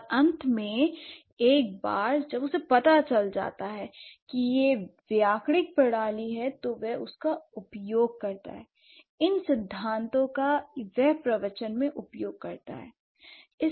और अंत में एक बार जब उसे पता चलता है कि यह व्याकरणिक प्रणाली है तो वह उसका उपयोग करती है l इन सिद्धांतों का वह प्रवचन में उपयोग करती है